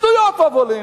שטויות והבלים.